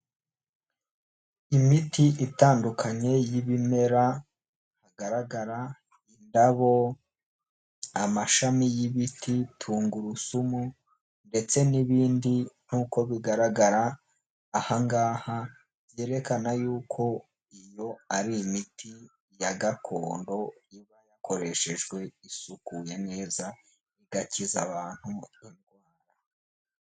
Imiti itandukanye y'ibimera, hagaragara indabo amashami y'ibiti tungurusumu, ndetse n'ibindi nk'uko bigaragara, ahangaha byerekana yuko, iyo ari imiti ya gakondo iba yakoreshejwe isukuye neza igakiza abantu rwanda.